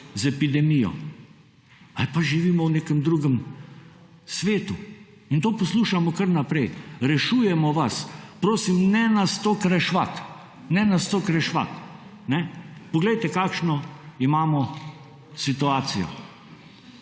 z epidemijo, ali pa živimo v nekem drugem svetu. In to poslušamo kar naprej. Rešujemo vas. Prosim, ne nas toliko reševati. Poglejte, kakšno imamo situacijo.